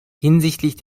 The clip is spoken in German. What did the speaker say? hinsichtlich